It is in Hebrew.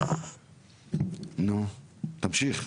נו תמשיך.